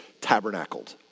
tabernacled